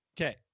Okay